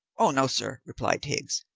oh no, sir, replied higgs,